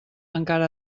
encara